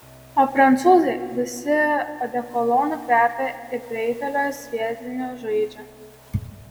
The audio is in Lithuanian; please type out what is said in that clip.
o prancūzai visi odekolonu kvepia ir prie eifelio sviediniu žaidžia